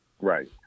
Right